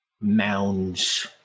mounds